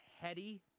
heady